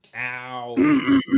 ow